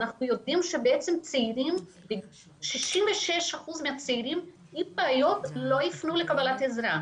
אנחנו יודעים ש-66% מהצעירים עם בעיות לא יפנו לקבלת עזרה.